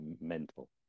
mental